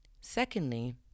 Secondly